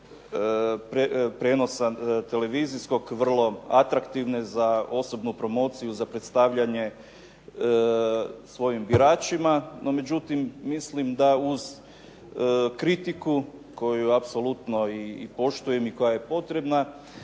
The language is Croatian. prijenosa televizijskog, vrlo atraktivne za osobnu promociju, za predstavljanje svojim biračima no međutim mislim da uz kritiku koju apsolutno i poštujem i koja je potrebna,